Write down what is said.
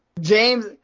James